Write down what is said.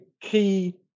key